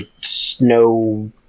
snow